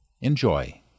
Enjoy